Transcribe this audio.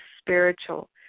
spiritual